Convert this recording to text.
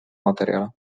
materjale